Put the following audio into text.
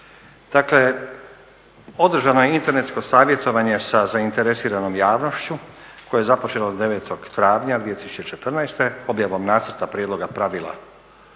Dakle, održano je internetsko savjetovanje sa zainteresiranom javnošću koje je započelo 9. travnja 2014. objavom nacrta prijedloga pravila